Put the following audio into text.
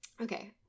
Okay